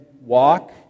walk